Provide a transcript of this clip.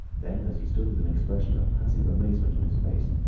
then, as he stood with an expression of passive amazement on his face,